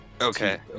Okay